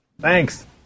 Thanks